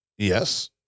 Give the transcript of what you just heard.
Yes